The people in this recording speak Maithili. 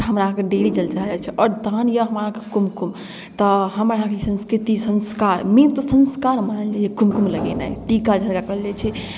हमरा अहाँके डेली जल चढ़ाएल जाइ छै आओर तहन अइ अहाँके कुमकुम तऽ हमर अहाँके संस्कृति संस्कार मेन तऽ संस्कार मानि लिअऽ कुमकुम लगेनाइ टीका जकरा कहल जाइ छै